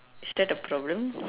is that a problem